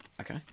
Okay